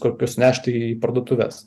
kokius nešti į parduotuves